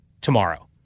tomorrow